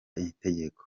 itegeko